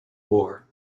war